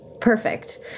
perfect